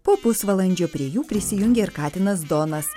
po pusvalandžio prie jų prisijungė ir katinas donas